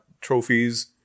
trophies